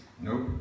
Nope